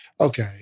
okay